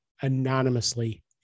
anonymously